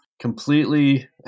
completely